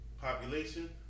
population